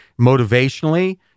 motivationally